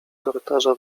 korytarza